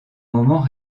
moments